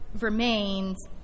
remains